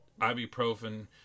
ibuprofen